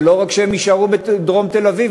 ולא רק שהם יישארו בדרום תל-אביב,